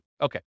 Okay